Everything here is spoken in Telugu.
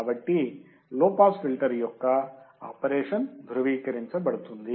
కాబట్టి లో పాస్ ఫిల్టర్ యొక్క ఆపరేషన్ ధృవీకరించబడుతుంది